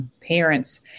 parents